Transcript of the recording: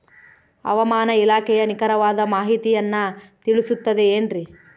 ಹವಮಾನ ಇಲಾಖೆಯ ನಿಖರವಾದ ಮಾಹಿತಿಯನ್ನ ತಿಳಿಸುತ್ತದೆ ಎನ್ರಿ?